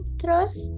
trust